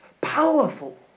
powerful